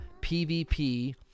PvP